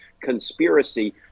conspiracy